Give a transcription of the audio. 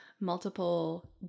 multiple